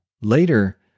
Later